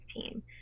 team